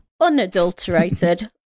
unadulterated